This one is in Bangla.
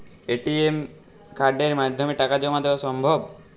এ.টি.এম কার্ডের মাধ্যমে টাকা জমা দেওয়া সম্ভব?